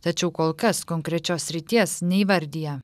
tačiau kol kas konkrečios srities neįvardija